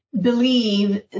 believe